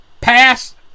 Pass